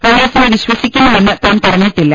പൊലീസിനെ വിശ്വസിക്കുന്നുവെന്ന് താൻ പറഞ്ഞിട്ടില്ല